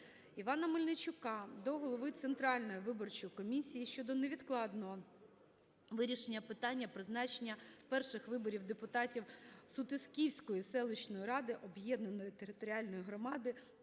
Івана Мельничука до голови Центральної виборчої комісії щодо невідкладного вирішення питання призначення перших виборів депутатів Сутисківської селищної ради об'єднаної територіальної громади